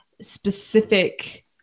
specific